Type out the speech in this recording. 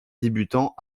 débutant